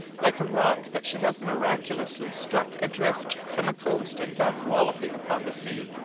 like a rock that should have miraculously struck adrift from a coast and gone wallowing upon the sea.